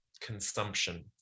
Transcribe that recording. consumption